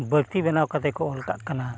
ᱵᱟᱹᱲᱛᱤ ᱵᱮᱱᱟᱣ ᱠᱟᱛᱮᱫ ᱠᱚ ᱚᱞ ᱠᱟᱜ ᱠᱟᱱᱟ